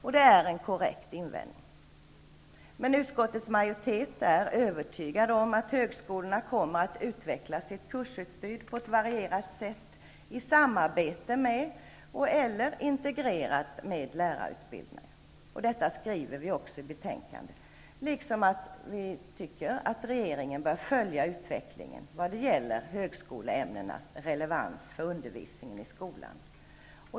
Detta är en korrekt invändning, men utskottets majoritet är övertygad om att högskolorna kommer att utveckla sitt kursutbud på ett varierat sätt i samarbete och/eller integrerat med lärarutbildningen. Detta skriver vi också i betänkandet liksom att vi tycker att regeringen bör följa utvecklingen vad gäller högskoleämnenas relevans för undervisningen i skolan.